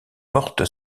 morte